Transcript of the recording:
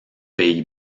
pays